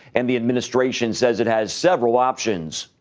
and the administration says it has several options.